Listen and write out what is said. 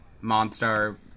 monster